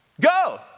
go